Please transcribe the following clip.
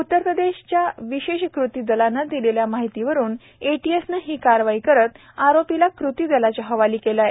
उत्तर प्रदेशच्या विशेष कृती दलानं दिलेल्या माहितीवरुन ए टी एसनं ही कारवाई करत आरोपीला कृती दलाच्या हवाली केलं आहे